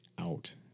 out